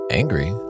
angry